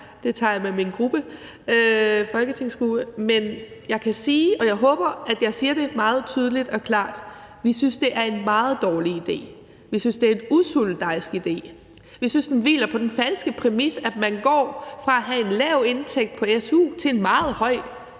Det tager jeg med min folketingsgruppe. Men jeg kan sige, og jeg håber, at jeg siger det meget tydeligt og klart: Vi synes, det er en meget dårlig idé. Vi synes, det er en usolidarisk idé. Vi synes, den hviler på den falske præmis, at man går fra at have en lav indtægt på su til en meget høj